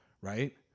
right